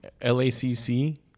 LACC